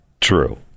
true